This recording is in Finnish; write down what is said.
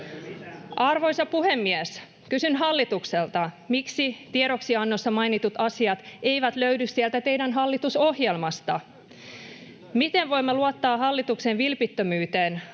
Arvoisa puhemies! Kysyn hallitukselta: Miksi tiedoksiannossa mainitut asiat eivät löydy sieltä teidän hallitusohjelmastanne? [Vasemmalta: Hyvä kysymys!] Miten voimme luottaa hallituksen vilpittömyyteen